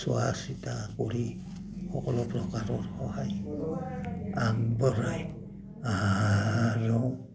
চোৱা চিতা কৰি সকলো প্ৰকাৰৰ সহায় আগবঢ়ায় আৰু